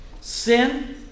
Sin